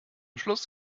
schluss